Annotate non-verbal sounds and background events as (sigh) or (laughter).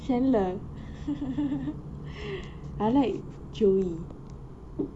sandler (laughs) I like joey